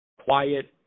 quiet